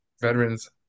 veterans